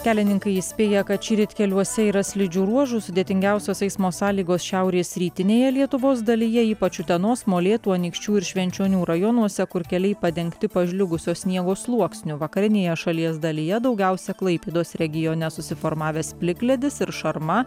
kelininkai įspėja kad šįryt keliuose yra slidžių ruožų sudėtingiausios eismo sąlygos šiaurės rytinėje lietuvos dalyje ypač utenos molėtų anykščių ir švenčionių rajonuose kur keliai padengti pažliugusio sniego sluoksniu vakarinėje šalies dalyje daugiausia klaipėdos regione susiformavęs plikledis ir šarma